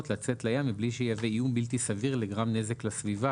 לצאת לים מבלי שיהווה איום בלתי סביר לגרם נזק לסביבה.